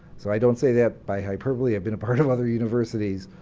so i don't say that by hyperbole, i've been a part of other universities.